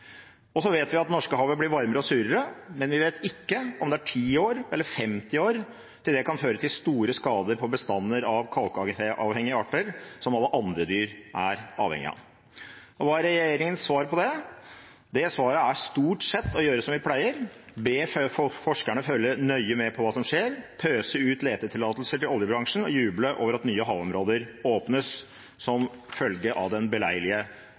Og vi vet at Norskehavet blir varmere og surere, men vi vet ikke om det er 10 eller 50 år til det kan føre til store skader på bestander av kalkavhengige arter, som alle andre dyr er avhengig av. Hva er regjeringens svar på det? Svaret er stort sett å gjøre som vi pleier: Be forskerne følge nøye med på hva som skjer, pøse ut letetillatelser til oljebransjen og juble over at nye havområder åpnes som følge av den beleilige